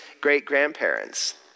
great-grandparents